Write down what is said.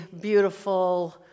beautiful